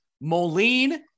Moline